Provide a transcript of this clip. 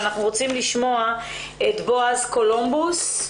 ואנחנו רוצים לשמוע את בעז קולומבוס.